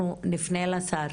אנחנו נפנה לשר